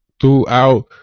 throughout